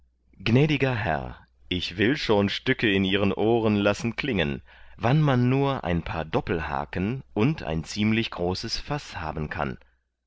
gnädiger herr ich will schon stücke in ihren ohren lassen klingen wann man nur ein paar doppelhaken und ein ziemlich groß faß haben kann